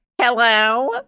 hello